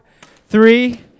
three